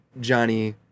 Johnny